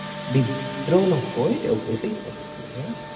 বিদ্রোহ নকৈ তেওঁ কৈছিল প্রথম এয়া